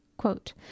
quote